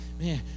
man